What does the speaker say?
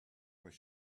where